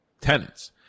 tenants